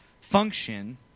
function